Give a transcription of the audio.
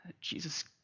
Jesus